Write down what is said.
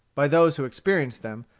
by those who experienced them,